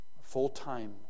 Full-time